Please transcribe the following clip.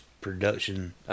production